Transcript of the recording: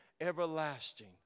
everlasting